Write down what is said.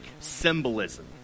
symbolism